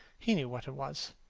he knew what it was.